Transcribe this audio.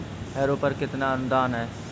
Harrow पर कितना अनुदान है?